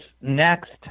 next